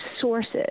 sources